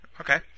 Okay